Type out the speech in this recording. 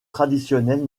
traditionnels